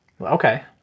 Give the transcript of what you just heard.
Okay